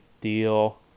Deal